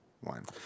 one